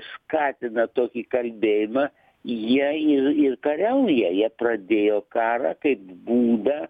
skatina tokį kalbėjimą jie ir ir kariauja jie pradėjo karą kaip būdą